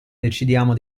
decidiamo